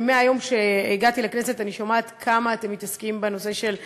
ומהיום שהגעתי לכנסת אני שומעת כמה אתם מתעסקים בנושא של אנשים,